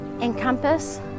encompass